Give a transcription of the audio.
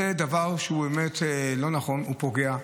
זה דבר שהוא באמת לא נכון, הוא פוגע.